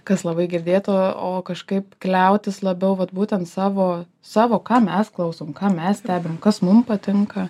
kas labai girdėta o kažkaip kliautis labiau vat būtent savo savo ką mes klausom ką mes stebim kas mum patinka